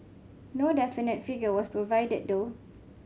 no definite figure was provided though